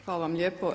Hvala vam lijepo.